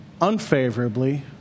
unfavorably